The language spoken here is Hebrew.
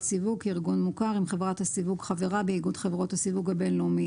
סיווג כארגון מוכר אם חברת הסיווג חברה באיגוד חברות הסיווג הבין-לאומי